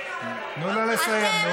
לא בהסברה.